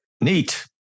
Neat